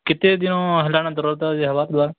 କେତେଦିନ ହେଲାଣ ଦରଦଟା ହେବାର ଥିବା